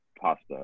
pasta